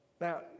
Now